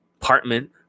apartment